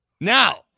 Now